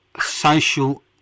Social